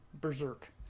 berserk